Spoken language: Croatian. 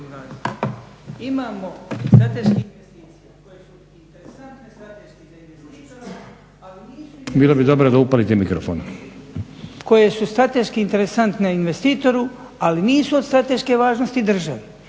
Imamo strateških investicija koje su interesantno strateške za investitore